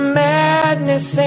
madness